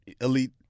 elite